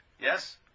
Yes